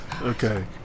Okay